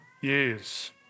years